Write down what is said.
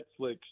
Netflix